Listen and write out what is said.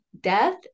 death